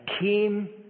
came